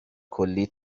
کلی